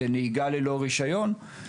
והיא נהיגה ללא רישיון.